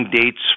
dates